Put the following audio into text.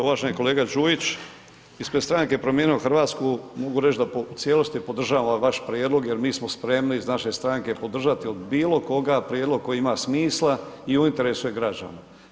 Uvaženi kolega Đujić, ispred stranke Promijenimo Hrvatsku mogu reći da u cijelosti podržavam ovaj vaš prijedlog jer mi smo spremni iz naše stranke podržati od bilo koga prijedlog koji ima smisla i u interesu je građana.